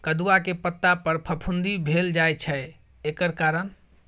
कदुआ के पता पर फफुंदी भेल जाय छै एकर कारण?